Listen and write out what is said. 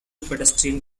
pedestrian